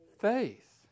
Faith